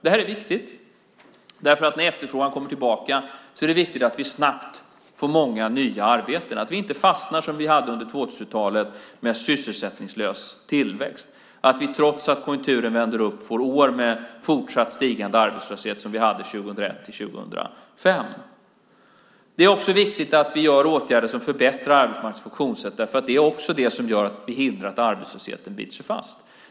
Det här är viktigt, för när efterfrågan kommer tillbaka är det viktigt att vi snabbt får många nya arbeten och inte fastnar, som vi gjorde under 2000-talets början, i sysselsättningslös tillväxt, det vill säga att vi trots att konjunkturen vänder upp får år med fortsatt stigande arbetslöshet som vi hade 2001-2005. Det är också viktigt att vi vidtar åtgärder som förbättrar arbetsmarknadens funktionssätt, eftersom det hindrar att arbetslösheten biter sig fast.